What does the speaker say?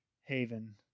haven